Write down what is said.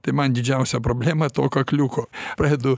tai man didžiausia problema to kakliuko pradedu